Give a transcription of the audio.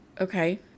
Okay